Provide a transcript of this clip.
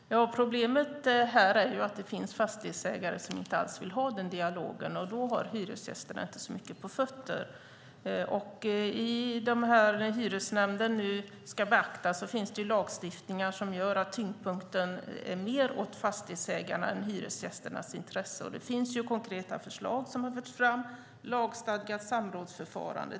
Herr talman! Problemet är ju att det finns fastighetsägare som inte alls vill ha en dialog, och då har inte hyresgästerna så mycket på fötterna. För de fall som hyresnämnden ska beakta finns det lagstiftning som gör att tyngdpunkten ligger mer på fastighetsägarna än på hyresgästernas intresse. Det finns konkreta förslag som har förts fram. Det är till exempel lagstadgat samrådsförfarande.